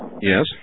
Yes